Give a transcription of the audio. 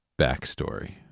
backstory